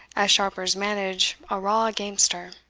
as sharpers manage a raw gamester